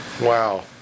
Wow